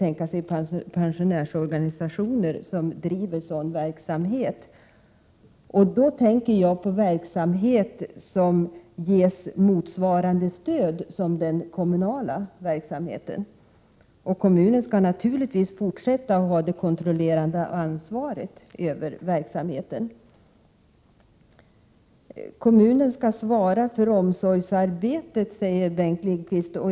tänka sig pensionärsorganisationer som driver sådan verksamhet. Då tänker jag på verksamhet som ges motsvarande stöd som den kommunala. Kommunen skall naturligtvis fortsätta att ha det kontrollerande ansvaret över verksamheten. Kommunen skall svara för omsorgsarbetet, säger Bengt Lindqvist.